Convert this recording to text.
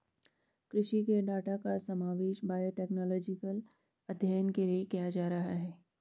कृषि के डाटा का समावेश बायोटेक्नोलॉजिकल अध्ययन के लिए किया जा रहा है